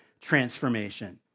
transformation